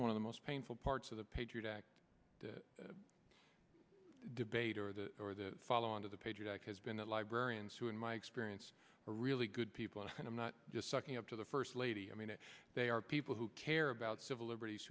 one of the most painful parts of the patriot act debate or the or the follow on to the patriot act has been that librarians who in my experience are really good people and i'm not just sucking up to the first lady i mean they are people who care about civil liberties